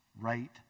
right